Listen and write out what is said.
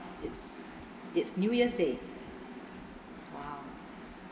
it's it's new year's day !wow!